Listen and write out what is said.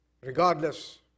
regardless